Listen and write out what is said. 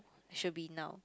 should be now